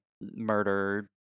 murder